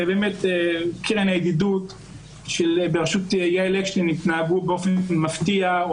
וקרן הידידות בראשות יעל אקשטיין התנהגו באופן מפתיע,